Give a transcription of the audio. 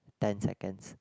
ten seconds